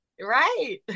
Right